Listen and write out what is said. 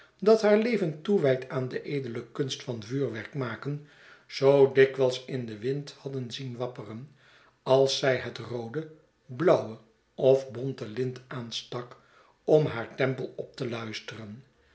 dat haar leven toewijdt aan de edele kunst van vuurwerk maken zoo dikwijls in den wind hadden zien wapperen als zij het roode blauwe of bonte lint aanstak om haar tempel op te luisteren